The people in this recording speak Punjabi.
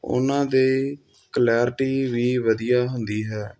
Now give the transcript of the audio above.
ਉਨ੍ਹਾਂ ਦੇ ਕਲੈਰਟੀ ਵੀ ਵਧੀਆ ਹੁੰਦੀ ਹੈ